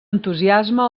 entusiasme